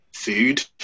food